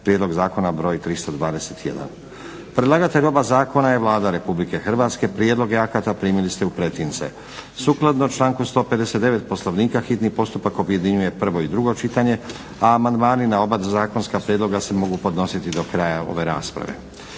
čitanje, PZ br. 321 Predlagatelj oba zakona je Vlada RH. Prijedloge akata primili ste u pretince. Sukladno članku 159. Poslovnika hitni postupak objedinjuje prvo i drugo čitanje, a amandmani na oba zakonska prijedloga se mogu podnositi do kraja ove rasprave.